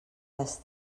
les